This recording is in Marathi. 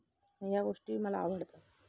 या गोष्टी मला आवडतं